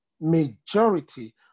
majority